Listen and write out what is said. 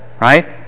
Right